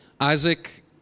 Isaac